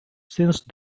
since